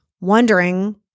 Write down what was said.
Wondering